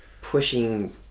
pushing